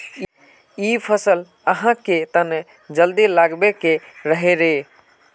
इ फसल आहाँ के तने जल्दी लागबे के रहे रे?